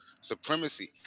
supremacy